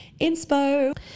inspo